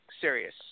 serious